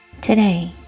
Today